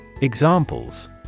Examples